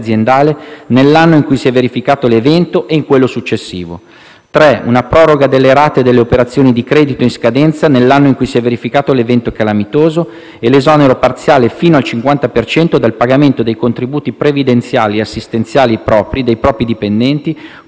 una proroga delle rate delle operazioni di credito in scadenza nell'anno in cui si è verificato l'evento calamitoso e l'esonero parziale fino al 50 per cento del pagamento dei contributi previdenziali e assistenziali propri, dei propri dipendenti, contributi in conto capitale per il ripristino delle strutture aziendali danneggiate